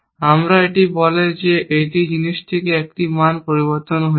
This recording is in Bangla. আবার এটি বলে যে এই জিনিসটিতে এই মান পরিবর্তন হয়েছে